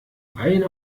eine